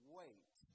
wait